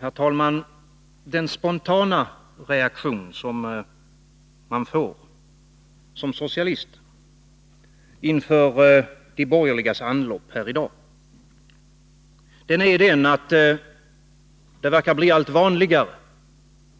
Herr talman! Den spontana reaktion som man såsom socialist känner inför de borgerliga anloppen här i dag är den att det verkar bli allt vanligare